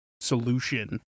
solution